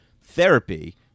therapy